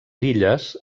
illes